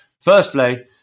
Firstly